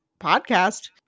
podcast